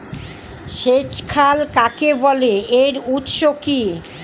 সেচ খাল কাকে বলে এর উৎস কি?